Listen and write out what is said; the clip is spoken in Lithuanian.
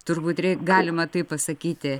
turbūt rei galima taip pasakyti